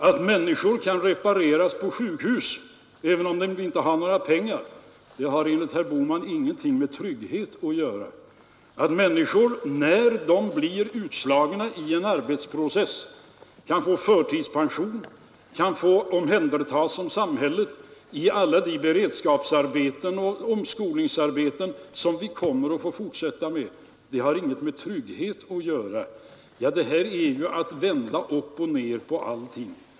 Att människor kan repareras på sjukhus, även om de inte har några pengar, har enligt herr Bohman ingenting med trygghet att göra. Att människor när de blir utslagna i en arbetsprocess kan få förtidspension eller bli omhändertagna av samhället i alla de beredskapsoch omskolningsarbeten som vi kommer att få fortsätta med har ingenting med trygghet att göra. Detta är ju att vända upp och ner på allting.